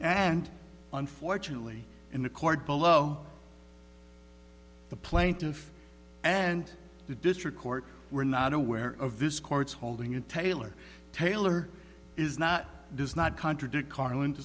and unfortunately in the court below the plaintiff and the district court were not aware of this court's holding in taylor taylor is not does not contradict carlin